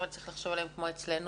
צריך לחשוב עליהן כמו אצלנו,